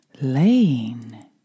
lane